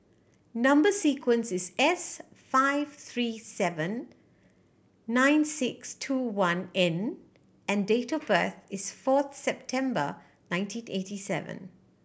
number sequence is S five three seven nine six two one N and date of birth is fourth September nineteen eighty seven